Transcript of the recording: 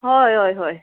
हय हय हय